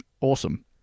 Awesome